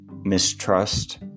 mistrust